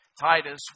Titus